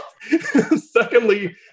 Secondly